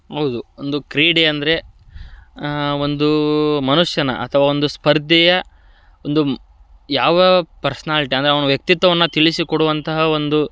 ಹೌದು ಒಂದು ಕ್ರೀಡೆ ಅಂದರೆ ಒಂದು ಮನುಷ್ಯನ ಅಥವಾ ಒಂದು ಸ್ಪರ್ಧೆಯ ಒಂದು ಯಾವ ಪರ್ಸ್ನಾಲ್ಟಿ ಅಂದರೆ ಅವನ ವ್ಯಕ್ತಿತ್ವವನ್ನು ತಿಳಿಸಿಕೊಡುವಂತಹ ಒಂದು